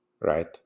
right